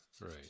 Right